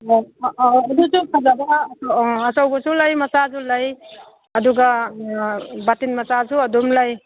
ꯑꯣ ꯑꯗꯨꯁꯨ ꯐꯖꯕ ꯑꯆꯧꯕꯁꯨ ꯂꯩ ꯃꯆꯥꯁꯨ ꯂꯩ ꯑꯗꯨꯒ ꯕꯥꯇꯤꯟ ꯃꯆꯥꯁꯨ ꯑꯗꯨꯝ ꯂꯩ